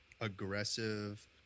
aggressive